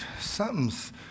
something's